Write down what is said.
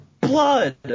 blood